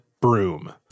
broom